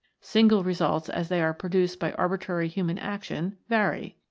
single results, as they are produced by arbitrary human action, vary.